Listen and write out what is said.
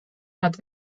nad